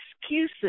excuses